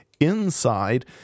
inside